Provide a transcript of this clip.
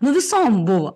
nu visom buvo